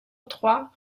trois